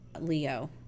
Leo